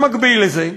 במקביל לזה,